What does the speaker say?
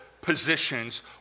positions